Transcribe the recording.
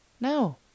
No